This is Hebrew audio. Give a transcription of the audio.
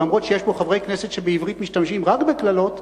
אף-על-פי שיש פה חברי כנסת שבעברית משתמשים רק בקללות,